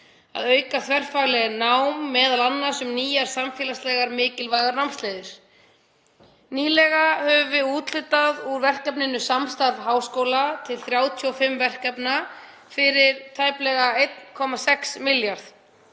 að auka þverfaglegt nám, m.a. um nýjar samfélagslega mikilvægar námsleiðir. Nýlega höfum við úthlutað fé úr verkefninu Samstarf háskóla til 35 verkefna fyrir tæplega 1,6 milljarða.